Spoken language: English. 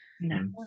No